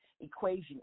equation